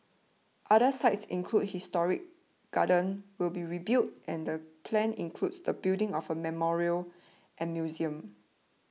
other sites including historic gardens will be rebuilt and the plan includes the building of a memorial and museum